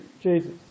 Jesus